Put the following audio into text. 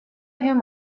him